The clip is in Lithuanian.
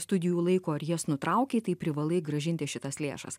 studijų laiko ir jas nutraukei tai privalai grąžinti šitas lėšas